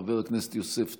חבר הכנסת יוסף טייב,